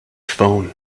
phone